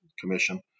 commission